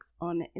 on